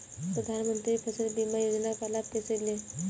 प्रधानमंत्री फसल बीमा योजना का लाभ कैसे लें?